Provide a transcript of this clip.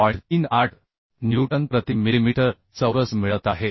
38 newton प्रति millimetre चौरस मिळत आहेत